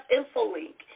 InfoLink